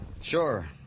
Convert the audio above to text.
Sure